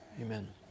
amen